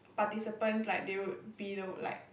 participants like they would be the like